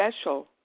special